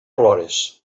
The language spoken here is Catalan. plores